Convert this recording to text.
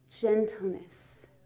gentleness